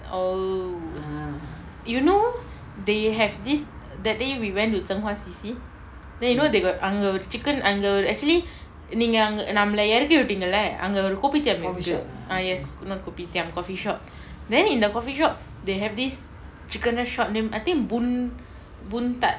oh you know they have this that day we went to zhenghua C_C then you know they got அங்க ஒரு:anga oru chicken அங்க ஒரு:anga oru actually நீங்க அங்க நம்மல எறக்கி விட்டிங்கள அங்க ஒரு:neenga anga nammala eraki vittingala anga oru kopitiam இருக்கு:iruku ah yes இன்னொரு:innoru kopitiam coffee shop then in the coffee shop they have this chicken rice shop named I think boon boon tat